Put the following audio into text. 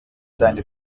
seine